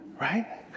right